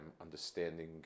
understanding